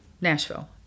Nashville